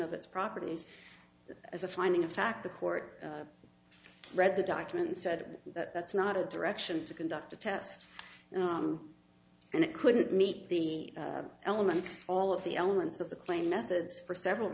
of its properties as a finding of fact the court read the documents said that that's not a direction to conduct a test and it couldn't meet the elements all of the elements of the claim methods for several